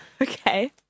Okay